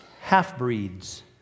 half-breeds